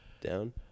down